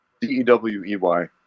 D-E-W-E-Y